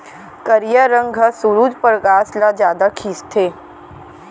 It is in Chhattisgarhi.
करिया रंग ह सुरूज परकास ल जादा खिंचथे